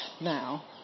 now